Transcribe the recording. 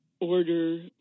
order